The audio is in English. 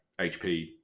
HP